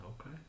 Okay